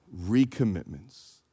recommitments